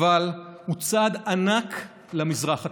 אבל הוא צעד ענק למזרח התיכון,